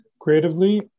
creatively